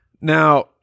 Now